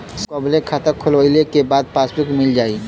साहब कब ले खाता खोलवाइले के बाद पासबुक मिल जाई?